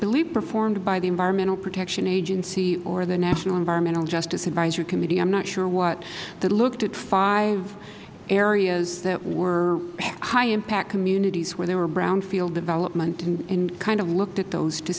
believe performed by the environmental protection agency or the national environmental justice advisory council i am not sure what that looked at five areas that were high impact communities where there was brownfield development and kind of looked at those to